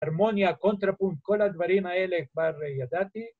הרמוניה, קונטרפונט, כל הדברים האלה כבר ידעתי